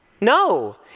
No